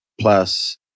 plus